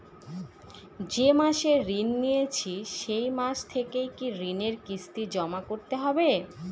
যে মাসে ঋণ নিয়েছি সেই মাস থেকেই কি ঋণের কিস্তি জমা করতে হবে?